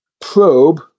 probe